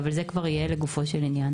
אבל אני מתארת לעצמי שזה יהיה לגופו של עניין.